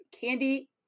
candy